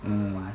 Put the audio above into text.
mm